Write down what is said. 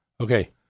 Okay